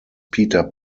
peter